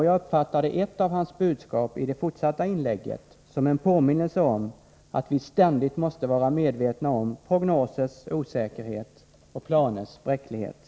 Jag uppfattade ett av hans budskap senare i hans inlägg som en påminnelse om att vi ständigt måste vara medvetna om prognosers osäkerhet och planers bräcklighet.